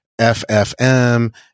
FFM